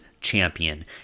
champion